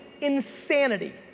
insanity